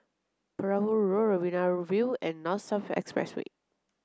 Perahu Road Riverina View and North South Expressway